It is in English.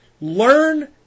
learn